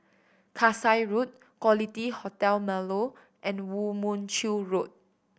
Kasai Road Quality Hotel Marlow and Woo Mon Chew Road